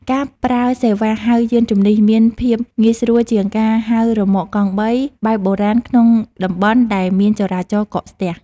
ការប្រើសេវាហៅយានជំនិះ មានភាពងាយស្រួលជាងការហៅរ៉ឺម៉កកង់បីបែបបុរាណក្នុងតំបន់ដែលមានចរាចរណ៍កកស្ទះ។